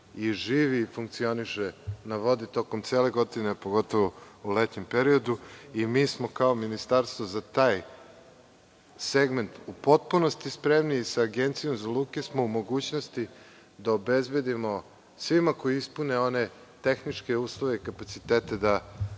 i živi i funkcioniše na vodi tokom cele godine, pogotovo u letnjem periodu. Mi smo kao ministarstvo za taj segment u potpunosti spremni i sa Agencijom za luke smo u mogućnosti da obezbedimo svima koji ispune tehničke uslove i kapacitete, da